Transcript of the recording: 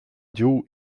giu